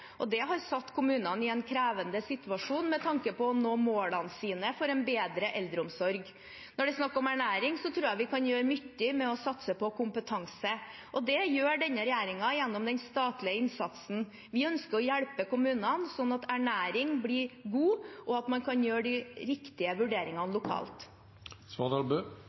Det har satt kommunene i en krevende situasjon med tanke på å nå målene sine for en bedre eldreomsorg. Når det er snakk om ernæring, tror jeg vi kan gjøre mye med å satse på kompetanse, og det gjør denne regjeringen gjennom den statlige innsatsen. Vi ønsker å hjelpe kommunene slik at ernæringen blir god, og at man kan gjøre de riktige vurderingene